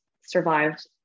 survived